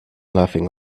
laughing